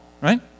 right